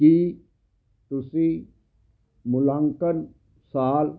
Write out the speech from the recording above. ਕੀ ਤੁਸੀਂ ਮੁਲਾਂਕਣ ਸਾਲ